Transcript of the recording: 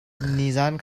nizaan